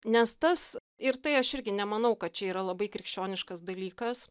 nes tas ir tai aš irgi nemanau kad čia yra labai krikščioniškas dalykas